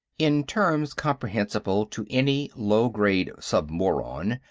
in terms comprehensible to any low-grade submoron,